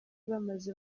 bamaze